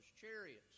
chariots